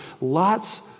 lots